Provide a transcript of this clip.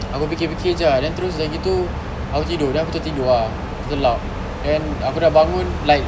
aku fikir-fikir jer ah then terus dah gitu aku tidur then aku tertidur ah gelap then aku dah bangun like